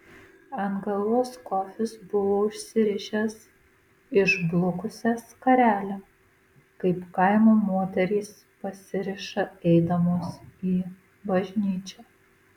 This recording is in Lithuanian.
ant galvos kofis buvo užsirišęs išblukusią skarelę kaip kaimo moterys pasiriša eidamos į bažnyčią